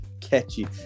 catchy